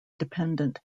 dependent